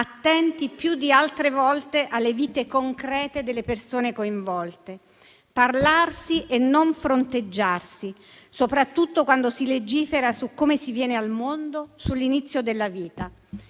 attenti più di altre volte alle vite concrete delle persone coinvolte, parlarsi e non fronteggiarsi, soprattutto quando si legifera su come si viene al mondo, sull'inizio della vita.